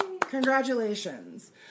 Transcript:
Congratulations